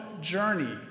journey